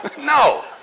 No